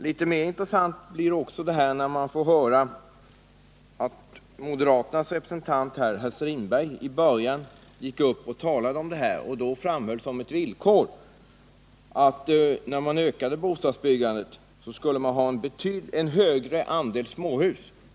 Litet mer intressant blev det också när moderaternas representant, herr Strindberg, i början av debatten gick upp och sade att det var ett villkor att när man ökade bostadsbyggandet skulle man ha en större andel småhus.